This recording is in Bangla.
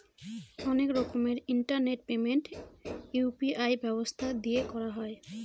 অনেক রকমের ইন্টারনেট পেমেন্ট ইউ.পি.আই ব্যবস্থা দিয়ে করা হয়